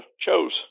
chose